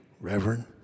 Reverend